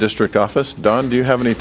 district office don do you have any